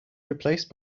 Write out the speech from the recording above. replaced